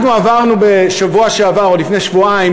אנחנו עברנו בשבוע שעבר או לפני שבועיים,